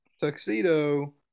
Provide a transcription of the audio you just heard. tuxedo